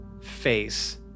face